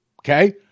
Okay